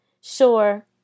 Sure